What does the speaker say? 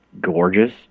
gorgeous